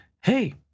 Hey